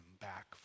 back